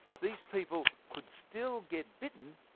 these people could still get bitten,